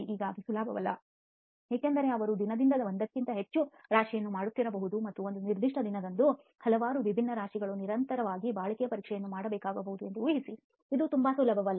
ಈಗ ಅದು ಸುಲಭವಲ್ಲ ಏಕೆಂದರೆ ಅವರು ದಿನದಲ್ಲಿ ಒಂದಕ್ಕಿಂತ ಹೆಚ್ಚು ರಾಶಿಯನ್ನು ಮಾಡುತ್ತಿರಬಹುದು ಮತ್ತು ಒಂದು ನಿರ್ದಿಷ್ಟ ದಿನದಂದು ಹಲವಾರು ವಿಭಿನ್ನ ರಾಶಿಗಳು ನಿರಂತರವಾಗಿ ಬಾಳಿಕೆ ಪರೀಕ್ಷೆಗಳನ್ನು ಮಾಡಬೇಕಾಗಬಹುದು ಎಂದು ಊಹಿಸಿ ಅದು ತುಂಬಾ ಸುಲಭವಲ್ಲ